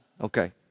Okay